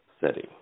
setting